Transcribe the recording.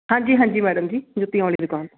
ਹਾਂਜੀ ਹਾਂਜੀ ਮੈਡਮ ਜੀ ਜੁੱਤੀਆਂ ਵਾਲੀ ਦੁਕਾਨ ਤੋਂ